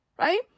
Right